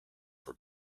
for